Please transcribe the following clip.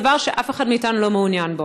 דבר שאף אחד מאתנו לא מעוניין בו.